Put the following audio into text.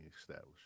established